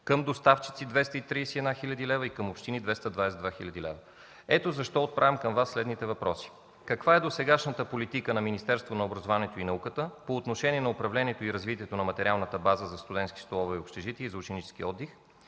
към доставчици – 231 хил. лв., общини – 222 хил. лв. Ето защо отправям към Вас следните въпроси: каква е досегашната политика на Министерството на образованието и науката по отношение управлението и развитието на материалната база за „Студентски столове и общежития” и за „Ученически отдих”?